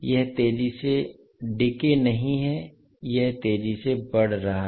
यह तेजी से डिके नहीं है यह तेजी से बढ़ रहा है